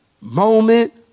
moment